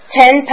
ten